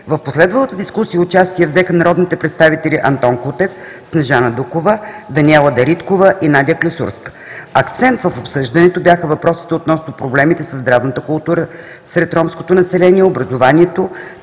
В последвалата дискусия участие взеха народните представители Антон Кутев, Снежана Дукова, Даниела Дариткова и Надя Клисурска. Акцент в обсъждането бяха въпросите относно проблемите със здравната култура сред ромското население, образованието,